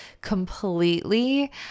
completely